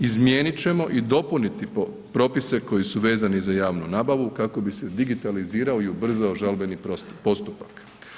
Izmijeniti ćemo i dopuniti propise koji su vezani za javnu nabavu kako bi se digitalizirao i ubrzao žalbeni postupak.